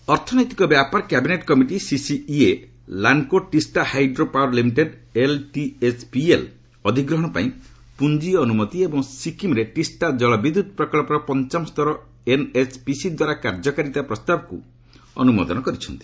CCEA ଅର୍ଥନୈତିକ ବ୍ୟାପାର cabinet committee CCEA Lanco Teesta hydro power limited LTHPL ଅଧିଗ୍ରହଣ ପାଇଁ ପୁଞ୍ଜିଅନୁମତି ଏବଂ ସିକିମ୍ରେ ଟିଷ୍ଟା ଜଳବିଦ୍ୟୁତ୍ ପ୍ରକଳ୍ପର ପଞ୍ଚମ ସ୍ତର ଏନ୍ଏଚ୍ପିସି ଦ୍ୱାରା କାର୍ଯ୍ୟକାରୀତା ପ୍ରସ୍ତାବକୁ ସିସିଇଏ ଅନୁମୋଦନ କରିଛନ୍ତି